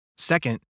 Second